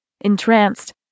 Entranced